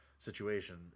situation